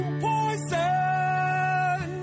poison